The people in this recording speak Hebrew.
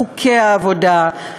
בחוקי העבודה,